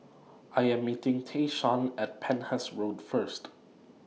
I Am meeting Tayshaun At Penhas Road First